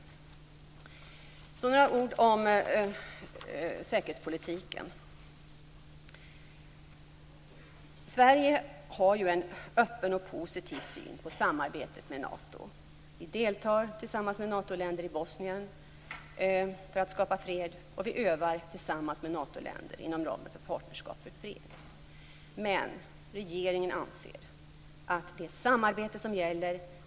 Därefter några ord om säkerhetspolitiken. Sverige har ju en öppen och positiv syn på samarbetet med Nato. Vi deltar tillsammans med Natoländer i Bosnien för att skapa fred, och vi övar tillsammans med Natoländer inom ramen för Partnerskap för fred. Men regeringen anser att det är samarbete som gäller.